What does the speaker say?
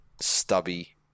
stubby